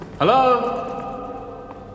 Hello